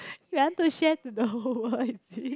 you want to share to the whole world is it